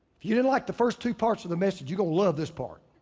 if you didn't like the first two parts of the message, you're gonna love this part.